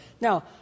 Now